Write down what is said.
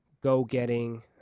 go-getting